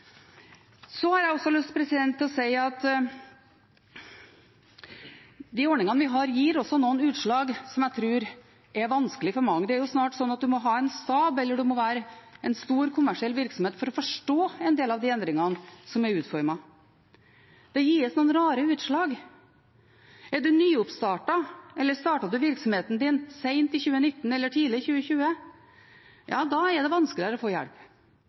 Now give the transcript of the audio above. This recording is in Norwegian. har også lyst til å si at de ordningene vi har, også gir noen utslag som jeg tror er vanskelig for mange. Det er jo snart slik at man må ha en stab eller være en stor kommersiell virksomhet for å forstå en del av de endringene som er utformet. Det gir noen rare utslag. Er man nyoppstartet eller startet virksomheten sent i 2019 eller tidlig i 2020, er det vanskeligere å få hjelp.